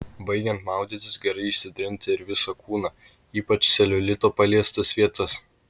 baigiant maudytis gerai išsitrinti ir visą kūną ypač celiulito paliestas vietas